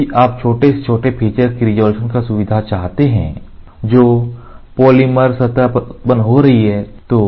यदि आप छोटे से छोटे फीचर की रिज़ॉल्यूशन का सुविधा चाहते हैं जो पॉलीमर सतह पर उत्पन्न हो रही है तो